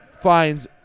finds